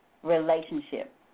Relationship